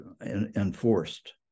enforced